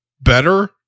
better